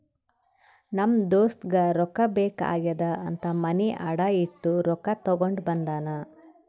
ನಮ್ ದೋಸ್ತಗ ರೊಕ್ಕಾ ಬೇಕ್ ಆಗ್ಯಾದ್ ಅಂತ್ ಮನಿ ಅಡಾ ಇಟ್ಟು ರೊಕ್ಕಾ ತಗೊಂಡ ಬಂದಾನ್